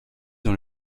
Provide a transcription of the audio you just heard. dans